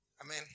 Amen